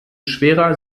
schwerer